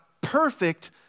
perfect